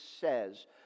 says